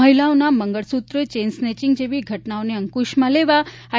મહિલાઓના મંગળસુત્ર chain snatching જેવી ઘટનાઓને અંકુશમાં લેવા આઇ